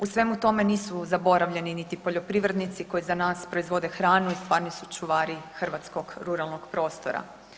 U svemu tome nisu zaboravljeni niti poljoprivrednici koji za nas proizvode hranu i stvarni su čuvari hrvatskog ruralnog prostora.